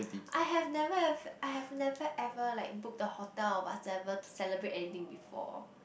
I have never ever I have never ever like booked a hotel or whatever to celebrate anything before